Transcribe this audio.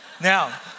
Now